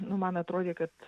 nu man atrodė kad